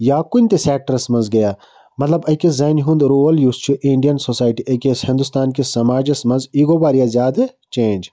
یا کُنہِ تہِ سیٚکٹرَس مَنٛز گٔیا مطلب أکِس زَنہِ ہُنٛد رول یُس چھُ اِنٛڈیَن سوسایٹی أکِس ہنٛدوُستانکِس سماجَس مَنٛز یہِ گوٚو واریاہ زیادٕ چینٛج